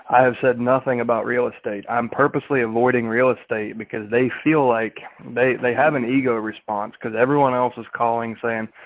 have said nothing about real estate. i'm purposely avoiding real estate because they feel like they they have an ego response because everyone else is calling saying,